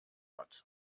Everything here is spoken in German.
hat